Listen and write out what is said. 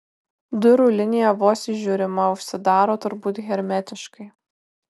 durų linija vos įžiūrima užsidaro turbūt hermetiškai